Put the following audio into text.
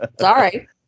Sorry